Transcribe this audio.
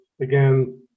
again